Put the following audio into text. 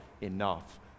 enough